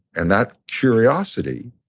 and that curiosity